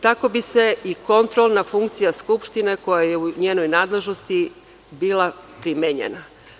Tako bi i kontrolna funkcija Skupštine, koja je u njenoj nadležnosti, bila primenjena.